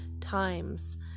times